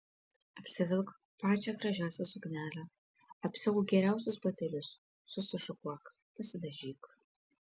apsivilk pačią gražiausią suknelę apsiauk geriausius batelius susišukuok pasidažyk